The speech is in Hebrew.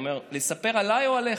הוא אומר: לספר עליי או עליך?